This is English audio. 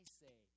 say